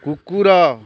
କୁକୁର